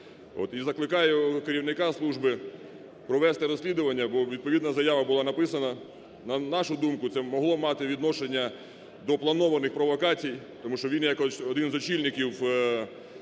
і закликаю керівника служби провести розслідування, бо відповідна заява була написана. На нашу думку, це могло мати відношення до планованих провокацій, тому що він як один з очільників радикальних